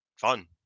fun